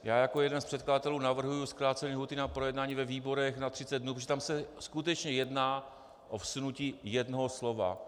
Já jako jeden z předkladatelů navrhuji zkrácení lhůty na projednání ve výborech na 30 dnů, protože tam se skutečně jedná o vsunutí jednoho slova.